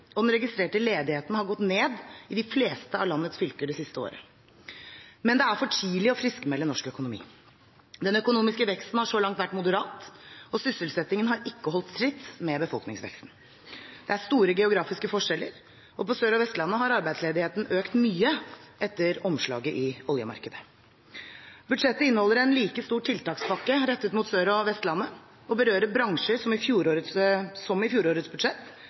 og den registrerte ledigheten har gått ned i de fleste av landets fylker det siste året. Men det er for tidlig å friskmelde norsk økonomi. Den økonomiske veksten har så langt vært moderat, og sysselsettingen har ikke holdt tritt med befolkningsveksten. Det er store geografiske forskjeller, og på Sør- og Vestlandet har arbeidsledigheten økt mye etter omslaget i oljemarkedet. Budsjettet inneholder en like stor tiltakspakke rettet mot Sør- og Vestlandet og berørte bransjer som i fjorårets